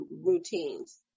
routines